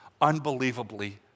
unbelievably